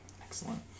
Excellent